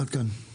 עד כאן.